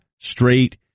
straight